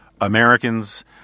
Americans